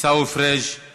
עיסאווי פריג';